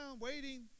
waiting